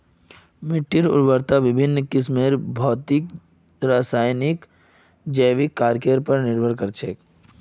मिट्टीर उर्वरता विभिन्न किस्मेर भौतिक रासायनिक आर जैविक कारकेर पर निर्भर कर छे